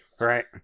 right